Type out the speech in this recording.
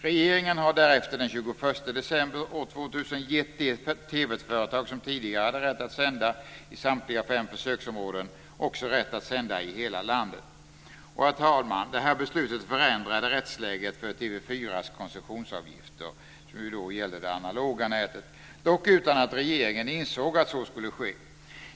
Regeringen har därefter, den 21 december år 2000, gett de TV-företag som tidigare hade rätt att sända i samtliga fem försöksområden rätt att också sända i hela landet. Herr talman! Detta beslut förändrade rättsläget för TV 4:s koncessionsavgifter, som ju gäller det analoga nätet, dock utan att regeringen insåg att så skulle ske.